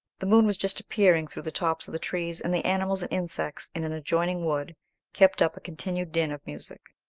the moon was just appearing through the tops of the trees, and the animals and insects in an adjoining wood kept up a continued din of music.